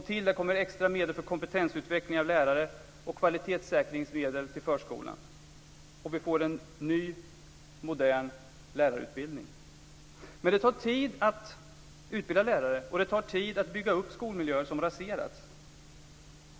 Till detta kommer extra medel för kompetensutveckling av lärare och kvalitetssäkringsmedel till förskolan. Vi får också en ny modern lärarutbildning. Men det tar tid att utbilda lärare och att bygga upp skolmiljöer som raserats.